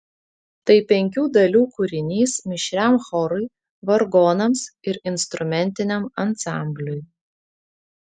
tai penkių dalių kūrinys mišriam chorui vargonams ir instrumentiniam ansambliui